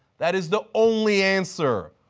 that is the only answer.